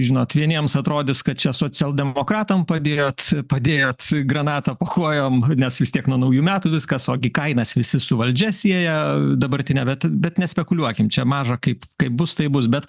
žinot vieniems atrodys kad čia socialdemokratam padėjot padėjot granatą po kojom nes vis tiek nuo naujų metų viskas ogi kainas visi su valdžia sieja dabartine bet bet nespekuliuokim čia maža kaip kaip bus taip bus bet